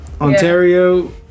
Ontario